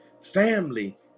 family